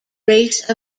race